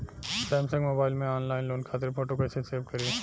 Samsung mobile में online loan खातिर photo कैसे सेभ करीं?